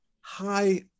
high